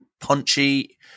punchy